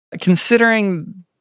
Considering